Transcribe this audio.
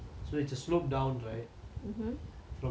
from the highway அங்க நான் வந்துட்டு இருந்தேன்:anga naan vanthutu irunthaen